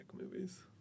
movies